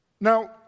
Now